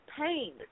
pain